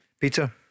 Peter